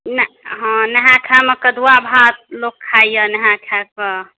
हॅं नहा खा मे कदुआ भात लोक खाय या नहा खा कऽ